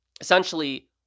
essentially